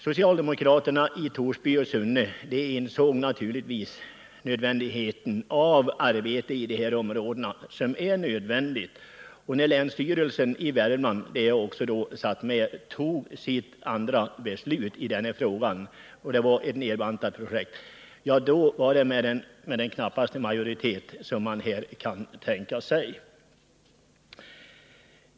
Socialdemokraterna i Torsby och Sunne insåg naturligtvis nödvändigheten av arbete i dessa områden, och när länsstyrelsen i Värmland — jag satt med — tog sitt andra beslut i frågan, som nu var ett nedbantat projekt, var det med den knappaste majoritet som man kan tänka sig.